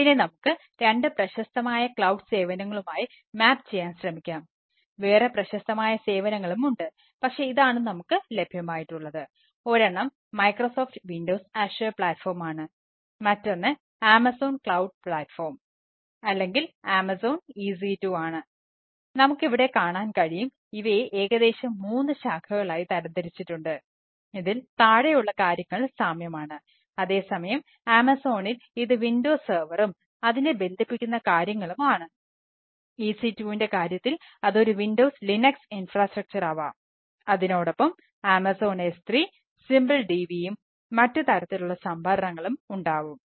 ഇതിനെ നമുക്ക് രണ്ട് പ്രശസ്തമായ ക്ലൌഡ് DVയും മറ്റു തരത്തിലുള്ള സംഭരണങ്ങളും ഉണ്ടാവും